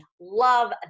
Love